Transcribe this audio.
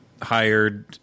hired